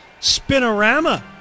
spinorama